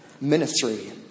Ministry